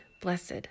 blessed